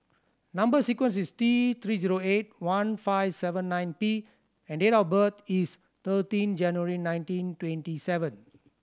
number sequence is T Three zero eight one five seven nine P and date of birth is thirteen January nineteen twenty seven